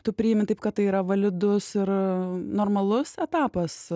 tu priimi taip kad tai yra validus ir normalus etapas